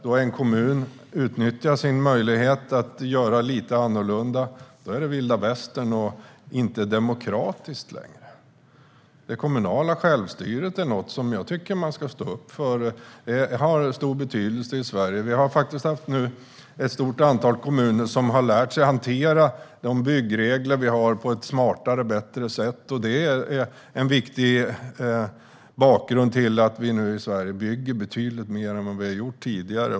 När en kommun då utnyttjar sin möjlighet att göra lite annorlunda är det vilda västern och inte demokratiskt. Jag tycker att man ska stå upp för det kommunala självstyret. Det har stor betydelse i Sverige. Ett stort antal kommuner har nu lärt sig att hantera de byggregler vi har på ett smartare och bättre sätt. Det är en viktig bakgrund till att vi i Sverige bygger betydligt mer än vad vi har gjort tidigare.